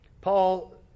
Paul